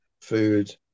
food